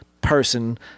person